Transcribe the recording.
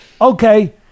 okay